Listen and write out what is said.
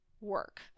work